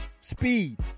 speed